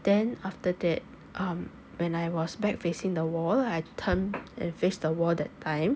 then after that uh when I was back facing the wall I turn and face the wall that time